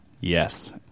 Yes